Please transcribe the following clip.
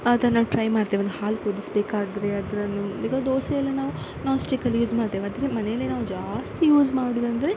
ಅದನ್ನು ಟ್ರೈ ಮಾಡ್ತೇವೆ ಒಂದು ಹಾಲು ಕುದಿಸಬೇಕಾದ್ರೆ ಅದನ್ನು ಈಗ ದೋಸೆಯೆಲ್ಲ ನಾವು ನಾನ್ಸ್ಟಿಕ್ಕನ್ನು ಯೂಸ್ ಮಾಡ್ತೇವೆ ಮತ್ತು ಮನೆಯಲ್ಲೇ ನಾವು ಜಾಸ್ತಿ ಯೂಸ್ ಮಾಡುವುದಂದ್ರೆ